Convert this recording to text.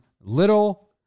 Little